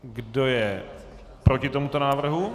Kdo je proti tomuto návrhu?